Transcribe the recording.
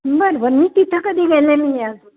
बरं बरं मी तिथं कधी गेलेले नाही अजून